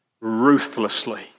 ruthlessly